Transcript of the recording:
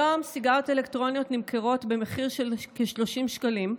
היום סיגריות אלקטרוניות נמכרות במחיר של כ-30 שקלים,